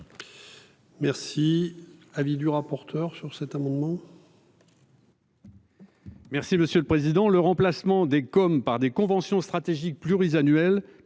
Merci.